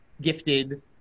gifted